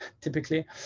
Typically